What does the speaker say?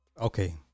Okay